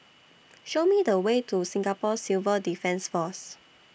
Show Me The Way to Singapore Civil Defence Force